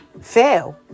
fail